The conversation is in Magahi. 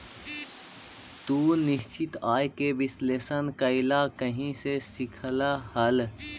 तू निश्चित आय के विश्लेषण कइला कहीं से सीखलऽ हल?